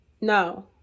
no